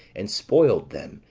and spoiled them,